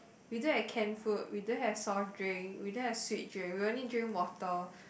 we don't have canned food we don't have soft drink we don't have sweet drink we only drink water